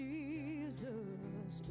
Jesus